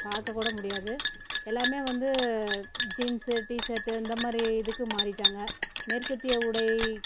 பார்க்கக் கூட முடியாது எல்லாருமே வந்து ஜீன்ஸு டீஷர்ட்டு இந்த மாதிரி இதுக்கு மாறிட்டாங்க மேற்கத்திய உடை